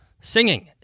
singing